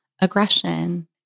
aggression